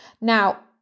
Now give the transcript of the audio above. Now